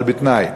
אבל בתנאי: